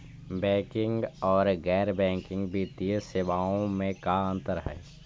Banking और गैर banking वित्तीय सेवाओं में का अंतर हइ?